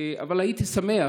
אבל הייתי שמח,